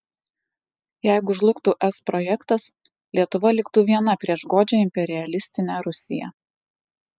jeigu žlugtų es projektas lietuva liktų viena prieš godžią imperialistinę rusiją